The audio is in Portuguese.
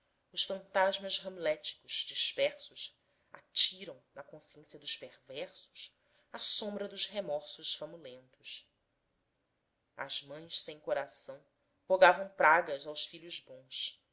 os fantasmas hamléticos dispersos atiram na consciência dos perversos a sombra dos remorsos famulentos as mães sem coração rogavam pragas aos filhos bons